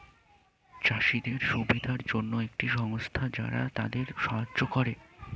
চাষীদের সুবিধার জন্যে একটি সংস্থা যারা তাদের সাহায্য করে